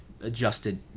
adjusted